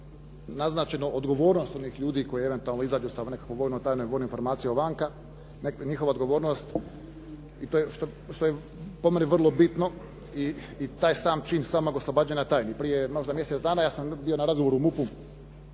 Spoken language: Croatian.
naznačeno odgovornost onih ljudi koji eventualno izađu sa nekakvom vojnom tajnom i vojnom informacijom van. Njihova odgovornost i to je što je po meni vrlo bitno. I taj sam čin oslobađanja tajni. Prije možda mjesec dana ja sam bio na razgovoru u MUP-u